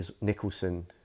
Nicholson